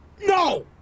No